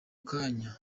kanya